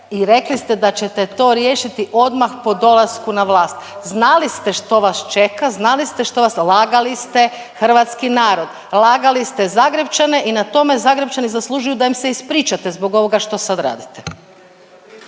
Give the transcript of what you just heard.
i rekli ste da ćete to riješiti odmah po dolasku na vlast. Znali ste što vas čeka, znali ste što vas, lagali ste hrvatski narod. Lagali ste Zagrepčane i na tome Zagrepčani zaslužuju da im se ispričate zbog ovoga što sad radite.